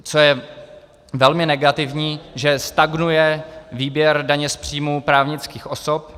Co je velmi negativní, že stagnuje výběr daně z příjmu právnických osob.